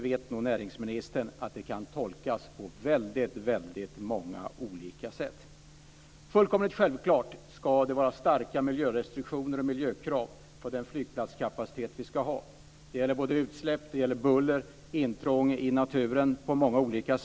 Som näringsministern nog vet kan detta tolkas på väldigt många olika sätt. Alldeles självklart ska den flygplatskapacitet som vi ska ha vara underkastad starka miljörestriktioner och miljökrav. Det gäller beträffande utsläpp, buller och många olika andra intrång i naturen som flyget förorsakar.